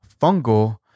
fungal